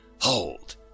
Hold